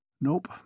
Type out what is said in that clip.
Nope